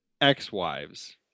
Ex-wives